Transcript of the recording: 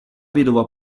vedova